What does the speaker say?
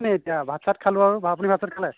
এতিয়া ভাত চাত খালোঁ আৰু আপুনি ভাত চাত খালে